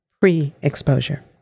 pre-exposure